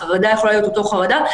החרדה יכולה להיות אותה חרדה,